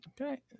okay